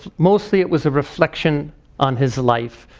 mostly it was a reflection on his life.